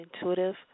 Intuitive